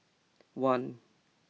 one